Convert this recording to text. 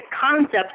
concept